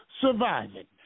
surviving